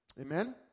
Amen